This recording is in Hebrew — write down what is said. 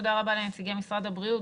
תודה רבה לנציגי משרד הבריאות,